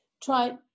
try